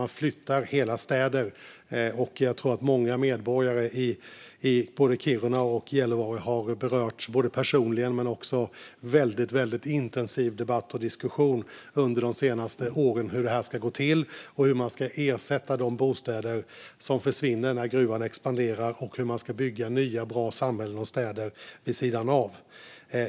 Man flyttar hela städer, och jag tror att många medborgare i både Kiruna och Gällivare har berörts både personligen och av de senaste årens väldigt intensiva debatt och diskussion om hur detta ska gå till, hur man ska ersätta de bostäder som försvinner när gruvan expanderar och hur man ska bygga nya, bra samhällen och städer vid sidan om.